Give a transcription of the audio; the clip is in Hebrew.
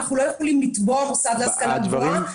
אנחנו לא יכולים לתבוע מוסד להשכלה גבוהה.